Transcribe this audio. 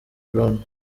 brown